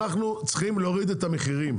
אנחנו צריכים להוריד את המחירים.